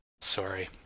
Sorry